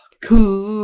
Cool